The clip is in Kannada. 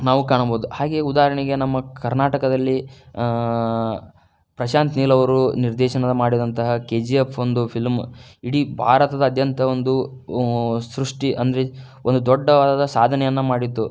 ನಾವು ಕಾಣಬೋದು ಹಾಗೆಯೇ ಉದಾಹರಣೆಗೆ ನಮ್ಮ ಕರ್ನಾಟಕದಲ್ಲಿ ಪ್ರಶಾಂತ ನೀಲ್ ಅವರು ನಿರ್ದೇಶನ ಮಾಡಿದಂತಹ ಕೆ ಜಿ ಎಫ್ ಒಂದು ಫಿಲಮ್ ಇಡೀ ಭಾರತದಾದ್ಯಂತ ಒಂದು ಸೃಷ್ಟಿ ಅಂದರೆ ಒಂದು ದೊಡ್ಡದಾದ ಸಾಧನೆಯನ್ನು ಮಾಡಿತ್ತು